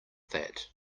that